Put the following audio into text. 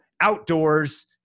outdoors